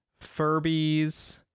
Furbies